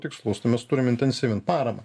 tikslus tai mes turim intensyvint paramą